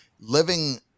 living